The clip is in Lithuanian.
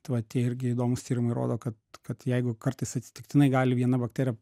tai vat tie irgi įdomūs tyrimai rodo kad kad jeigu kartais atsitiktinai gali viena bakterija